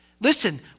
Listen